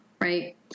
Right